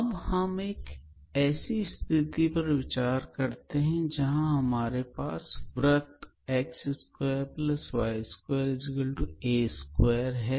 अब हम एक ऐसी स्थिति पर विचार करते हैं जहां हमारे पास वृत या सर्कल है